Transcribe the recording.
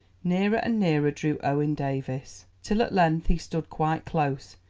nearer and nearer drew owen davies, till at length he stood quite close,